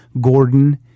Gordon